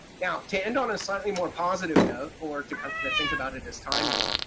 now to end on a slightly more positive note or to kind of but think about it as timely.